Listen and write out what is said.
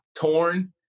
torn